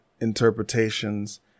interpretations